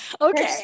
Okay